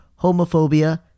homophobia